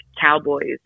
cowboys